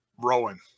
Rowan